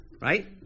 right